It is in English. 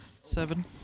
Seven